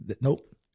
nope